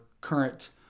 current